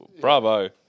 bravo